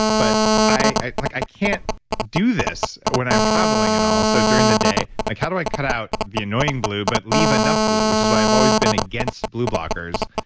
but i i like can't do this when i'm traveling and all, so during the day, like how do i cut out the annoying blue but leave enough blue? which is why i've always been against blue blockers,